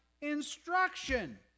instruction